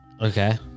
Okay